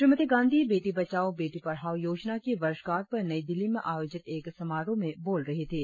श्रीमती गांधी बेटी बचाओं बेटी पढ़ाओं योजना की वर्षगांठ पर नई दिल्ली में आयोजित एक समारोह में बोल रही थीं